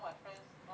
what